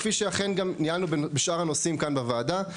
כמו שניהלו בשאר הנושאים כאן בוועדה.